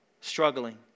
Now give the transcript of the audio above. struggling